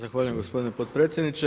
Zahvaljujem gospodine potpredsjedniče.